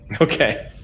Okay